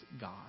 God